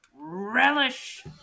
relish